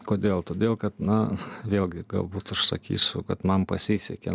kodėl todėl kad na vėlgi galbūt aš sakysiu kad man pasisekė